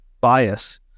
bias